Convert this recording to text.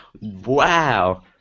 Wow